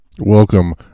Welcome